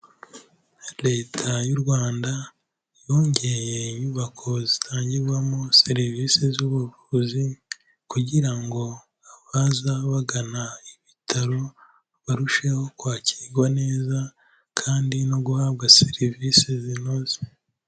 Leta y'u Rwanda yongeye inyubako zitangirwamo serivise z'ubuvuzi kugira ngo abaza bagana ibitaro barusheho kwakirwa neza kandi no guhabwa serivise zinoze.